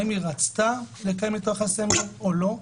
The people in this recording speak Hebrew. האם היא רצתה לקיים איתו יחסי מין או לא.